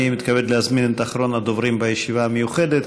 אני מתכבד להזמין את אחרון הדוברים בישיבה המיוחדת,